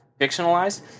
fictionalized